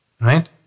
Right